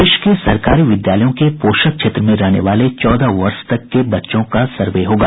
प्रदेश के सरकारी विद्यालयों के पोषक क्षेत्र में रहने वाले चौदह वर्ष तक के बच्चों का सर्वे होगा